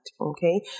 okay